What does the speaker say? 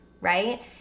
right